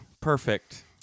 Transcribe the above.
Perfect